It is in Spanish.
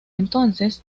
entonces